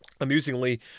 Amusingly